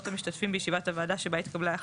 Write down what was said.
המשתתפים בישיבת הוועדה שבה התקבלה ההחלטה,